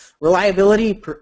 Reliability